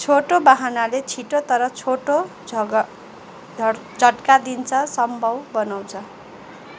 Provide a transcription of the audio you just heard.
छोटो बहनाले छिटो तर छोटो झगड् झड् झड्का दिन्छ सम्भव बनाउँछ